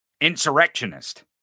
Insurrectionist